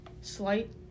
slight